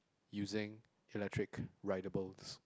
using electric rideables